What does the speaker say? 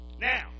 Now